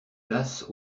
places